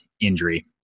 injury